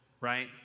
right